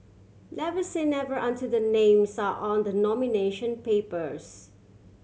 never say never until the names are on the nomination papers